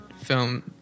film